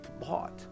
bought